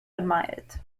admired